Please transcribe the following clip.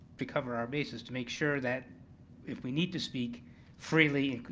to cover our bases to make sure that if we need to speak freely,